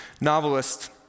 Novelist